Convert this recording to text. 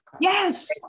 Yes